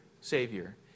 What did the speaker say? savior